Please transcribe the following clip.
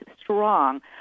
strong